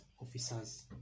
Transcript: officers